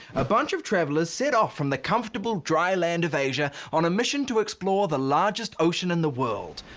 a bunch of travellers set off from the comfortable dry land of asia on a mission to explore the largest ocean in the world,